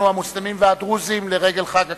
המוסלמים והדרוזים לרגל חג הקורבן,